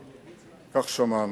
כך שמענו,